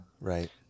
Right